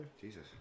Jesus